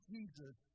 Jesus